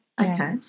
okay